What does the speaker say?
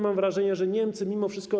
Mam wrażenie, że Niemcy mimo wszystko.